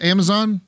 Amazon